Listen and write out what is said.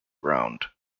ground